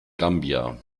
gambia